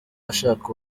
ashaka